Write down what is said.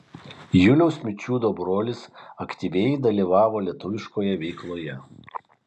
juliaus mičiūdo brolis aktyviai dalyvavo lietuviškoje veikloje